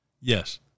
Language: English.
yes